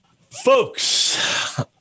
Folks